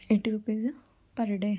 eighty rupees per day